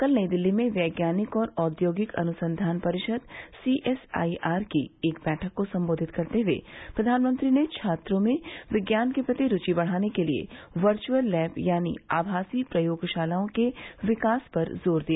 कल नई दिल्ली में वैज्ञानिक और औद्योगिक अनुसंधान परिषद सी एस आई आर की एक बैठक को सम्बोधित करते हुए प्रधानमंत्री ने छात्रों में विज्ञान के प्रति रूचि बढ़ाने के लिए वर्चअल लैब यानी आभासी प्रयोगशालाओं के विकास पर जोर दिया